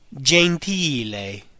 gentile